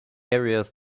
areas